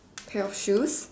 pair of shoes